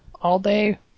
all-day